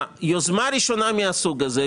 היוזמה הראשונה מהסוג הזה,